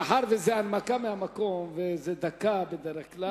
מאחר שזה הנמקה מהמקום, זה דקה בדרך כלל.